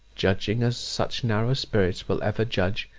judging as such narrow spirits will ever judge,